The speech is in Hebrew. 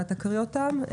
אתה תקריא אותם.